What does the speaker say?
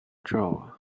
drawer